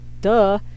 Duh